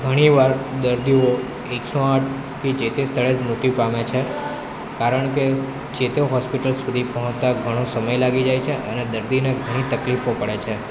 ઘણીવાર દર્દીઓ એકસો આઠથી જે તે સ્થળે મૃત્યુ પામે છે કારણ કે જે તે હોસ્પિટલ સુધી પહોંચતા ઘણી સમય લાગી જાય છે અને દર્દીને ઘણી તકલીફો પડે છે